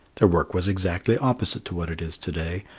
their work was exactly opposite to what it is to-day,